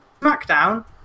SmackDown